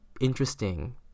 interesting